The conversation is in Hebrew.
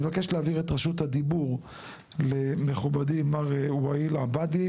אני מבקש להעביר את רשות הדיבור למכובדי מר וואאיל עבאדי,